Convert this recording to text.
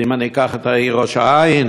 ום אני אקח את העיר ראש-העין,